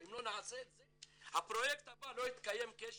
אם לא נעשה את זה, הפרויקט הבא לא יתקיים כי יש